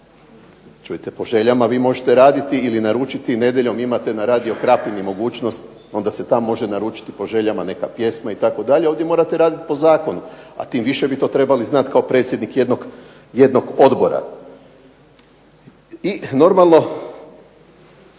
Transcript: Čujte, po željama vi možete raditi ili naručiti nedjeljom imate na radio Krapini mogućnost onda se tam može naručiti po željama neka pjesma itd. Ovdje morate raditi po zakonu, a tim više bi to trebali znati kao predsjednik jednog odbora. I normalno